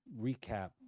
recap